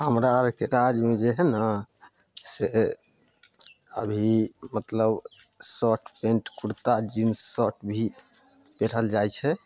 हमरा अरके राजमे जे हइ नऽ से अभी मतलब shirt pant kurta jeans shirt भी पहिरल जाइ छै